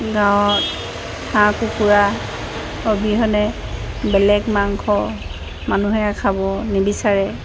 গাঁৱত হাঁহ কুকুৰা অবিহনে বেলেগ মাংস মানুহে খাব নিবিচাৰে